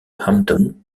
hampton